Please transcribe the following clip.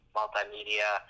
multimedia